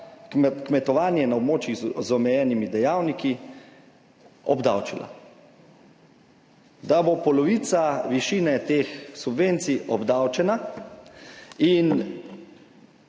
kmetovanje na območjih z omejenimi dejavniki obdavčila, da bo polovica višine teh subvencij obdavčena in